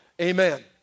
Amen